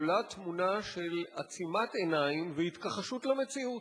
עולה תמונה של עצימת עיניים והתכחשות למציאות.